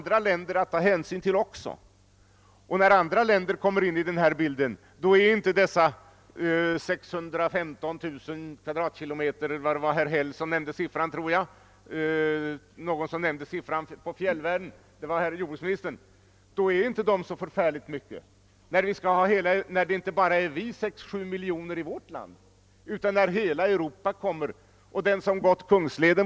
Det står också fullständigt klart att Ritsemprojektet inte på något sätt är nödvändigt för vår framtida välfärd. Man efterlyser en ekonomisk utredning, men vi har inte fått någon sådan. Man anser förmodligen att vi i riksdagen inte begriper sådana frågor, och vad mig privat beträffar måste jag säga att det är ett helt riktigt förmodande. Jag vågar inte bedöma vattenfallsverkets ekonomiska kalkyler.